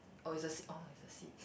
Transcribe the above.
oh is the oh is the seed